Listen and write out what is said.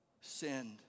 sinned